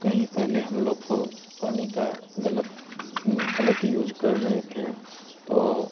कहीं पहले हम लोग को पानी का ग़लत ग़लत यूज कर रहे थे तो